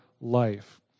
life